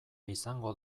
izango